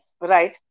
Right